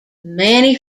many